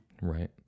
Right